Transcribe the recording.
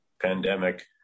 pandemic